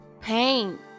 paint